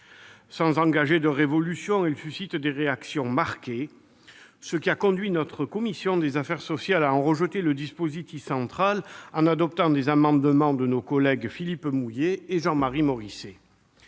Sans engager de révolution, elle suscite des réactions marquées, ce qui a conduit notre commission à en rejeter le dispositif central, en adoptant des amendements de nos collègues Philippe Mouiller et Jean-Marie Morisset.